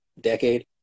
decade